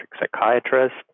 psychiatrist